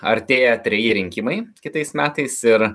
artėja treji rinkimai kitais metais ir